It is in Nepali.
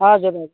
हजुर हजुर